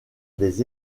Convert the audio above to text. des